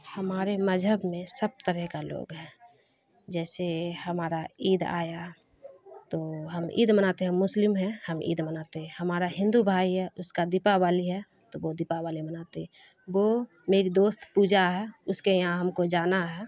ہمارے مذہب میں سب طرح کا لوگ ہے جیسے ہمارا عید آیا تو ہم عید مناتے ہیں ہم مسلم ہیں ہم عید مناتے ہیں ہمارا ہندو بھائی ہے اس کا دیپاولی ہے تو وہ دیپاولی مناتے ہیں وہ میری دوست پوجا ہے اس کے یہاں ہم کو جانا ہے